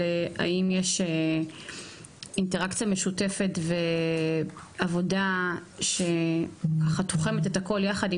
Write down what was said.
האם יש אינטראקציה משותפת ועבודה שככה תוחמת את הכל יחד,